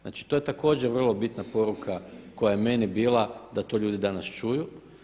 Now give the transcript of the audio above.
Znači, to je također vrlo bitna poruka koja je meni bila da to ljudi danas čuju.